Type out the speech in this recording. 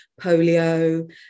polio